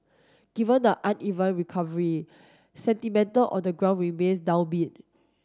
given the uneven recovery sentimental on the ground remains downbeat